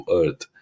earth